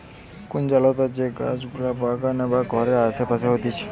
কুঞ্জলতা যে গাছ গুলা বাগানে বা ঘরের আসে পাশে হতিছে